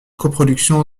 coproduction